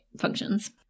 functions